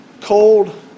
cold